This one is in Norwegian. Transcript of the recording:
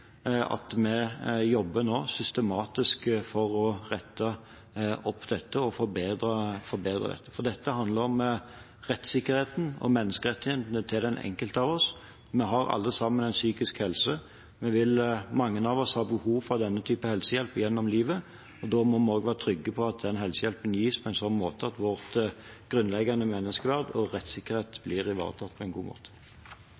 at vi jobber systematisk for å rette opp dette og forbedre det. Dette handler om rettssikkerheten og menneskerettighetene for hver enkelt av oss. Vi har alle sammen en psykisk helse. Mange av oss vil ha behov for denne typen helsehjelp gjennom livet. Da må vi også være trygge på at helsehjelpen gis på en slik måte at vårt grunnleggende menneskeverd og rettssikkerhet